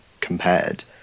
compared